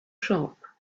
shop